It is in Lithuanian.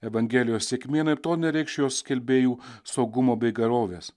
evangelijos sėkmė anaiptol nereikš jos skelbėjų saugumo bei gerovės